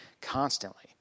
Constantly